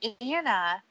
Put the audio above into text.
Anna